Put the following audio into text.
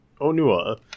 Onua